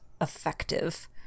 effective